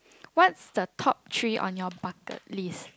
what's the top three on your bucket list